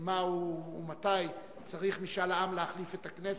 מה ומתי צריך משאל עם להחליף את הכנסת.